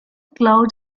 cloud